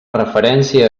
referència